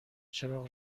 چراغ